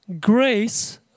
grace